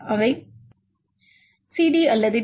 அவை CD அல்லது D